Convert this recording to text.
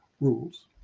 rules